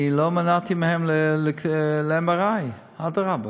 אני לא מנעתי מהם MRI. אדרבה,